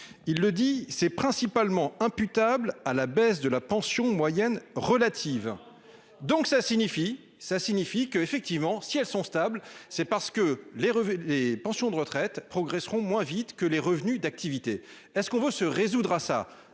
il le dit c'est principalement imputable à la baisse de la pension moyenne relative. Donc ça signifie, ça signifie que, effectivement, si elles sont stables, c'est parce que les les pensions de retraite progresseront moins vite que les revenus d'activité est ce qu'on veut se résoudre à ça